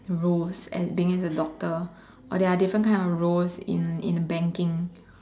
roles at being as a doctor or there are different kind of roles in in banking